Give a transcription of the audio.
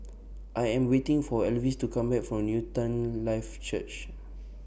I Am waiting For Elvis to Come Back from Newton Life Church